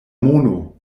mono